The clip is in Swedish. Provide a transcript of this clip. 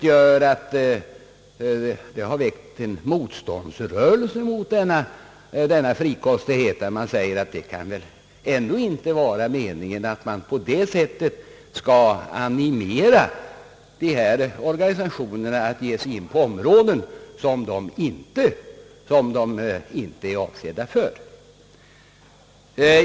Detta har väckt ett motstånd mot denna frikostighet, och man säger att det ändå inte kan vara meningen att på detta sätt animera dessa organisationer att ge sig in på områden som de inte är avsedda för.